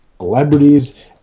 celebrities